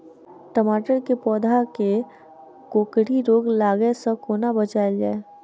टमाटर केँ पौधा केँ कोकरी रोग लागै सऽ कोना बचाएल जाएँ?